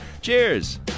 Cheers